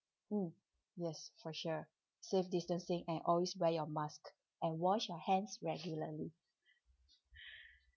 mm yes for sure safe distancing and always wear your mask and wash your hands regularly